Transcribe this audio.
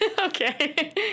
Okay